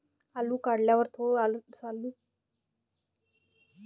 आलू काढल्यावर थो आलू साठवून कसा ठेवाव?